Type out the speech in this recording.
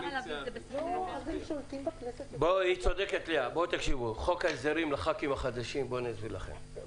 אני אסביר לח"כים החדשים לגבי חוק